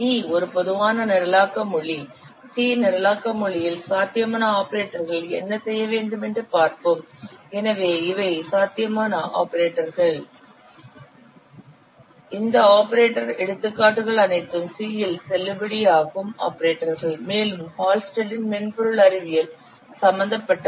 C ஒரு பொதுவான நிரலாக்க மொழி C நிரலாக்க மொழியில் சாத்தியமான ஆபரேட்டர்கள் என்ன செய்ய வேண்டும் என்று பார்ப்போம் எனவே இவை சாத்தியமான ஆபரேட்டர்கள் இந்த ஆபரேட்டர் எடுத்துக்காட்டுகள் அனைத்தும் C இல் செல்லுபடியாகும் ஆபரேட்டர்கள் மேலும் ஹால்ஸ்டெட்டின் மென்பொருள் அறிவியல் சம்பந்தப்பட்டது